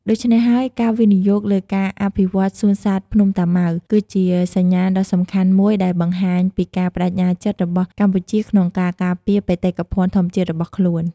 ដូច្នេះហើយ ការវិនិយោគលើការអភិវឌ្ឍន៍សួនសត្វភ្នំតាម៉ៅ គឺជាសញ្ញាណដ៏សំខាន់មួយដែលបង្ហាញពីការប្តេជ្ញាចិត្តរបស់កម្ពុជាក្នុងការការពារបេតិកភណ្ឌធម្មជាតិរបស់ខ្លួន។